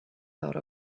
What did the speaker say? thought